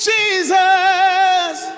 Jesus